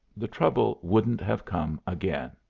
the trouble wouldn't have come again.